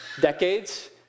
decades